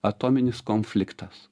atominis konfliktas